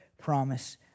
promise